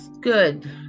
good